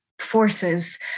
forces